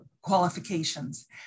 qualifications